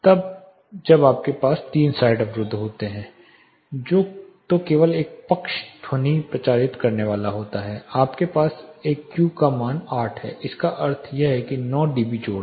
तब जब आपके पास 3 साइड अवरुद्ध होते हैं तो केवल एक पक्ष ध्वनि प्रचारित करने वाला होता है आपके पास एक Q का मान 8 है इसका अर्थ है कि यह नौ dB जोड़ है